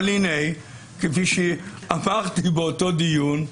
אבל הנה, כפי שאמרתי באותו דיון,